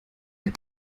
der